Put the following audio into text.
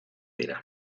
dira